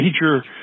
major